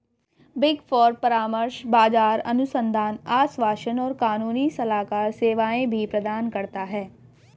big four परामर्श, बाजार अनुसंधान, आश्वासन और कानूनी सलाहकार सेवाएं भी प्रदान करता है